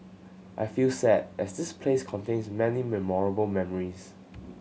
I feel sad as this place contains many memorable memories